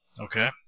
Okay